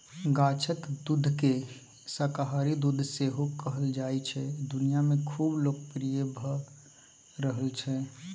गाछक दुधकेँ शाकाहारी दुध सेहो कहल जाइ छै दुनियाँ मे खुब लोकप्रिय भ रहल छै